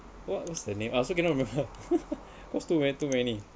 what was the name I also cannot remember cause too many too many